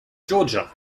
georgia